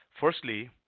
Firstly